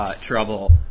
trouble